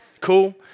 Cool